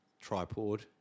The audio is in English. tripod